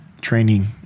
training